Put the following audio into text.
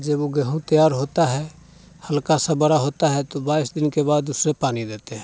जब वो गेहूँ तैयार होता है हल्का सा बड़ा होता है तो बाईस दिन के बाद उसमें पानी देते हैं